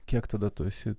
kiek tada tu esi